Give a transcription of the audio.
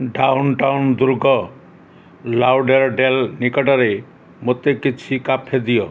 down town ଦୁର୍ଗ Lauderdale ନିକଟରେ ମୋତେ କିଛି କାଫେ ଦିଅ